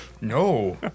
No